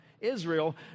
israel